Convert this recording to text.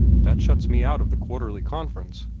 that shuts me out of the quarterly conference.